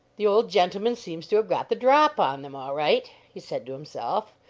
the old gentleman seems to have got the drop on them, all right! he said to himself,